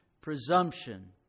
presumption